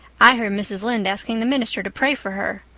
i herd mrs. lynde asking the minister to pray for her.